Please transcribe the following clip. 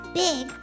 big